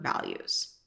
values